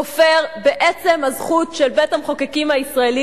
כופר בעצם הזכות של בית-המחוקקים הישראלי